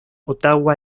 ottawa